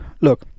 look